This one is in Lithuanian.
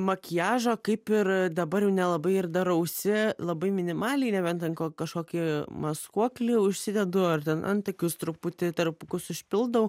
makiažą kaip ir dabar jau nelabai ir darausi labai minimaliai nebent ten ko kažkokį maskuoklį užsidedu ar ten antakius truputį tarpukus užpildau